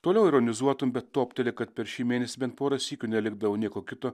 toliau ironizuotum bet topteli kad per šį mėnesį bent porą sykių nelikdavo nieko kito